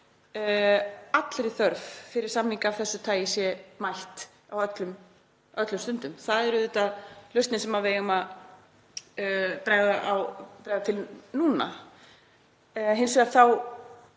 allri þörf fyrir samninga af þessu tagi sé mætt öllum stundum. Það er auðvitað lausnin sem við eigum að nota núna. Hins vegar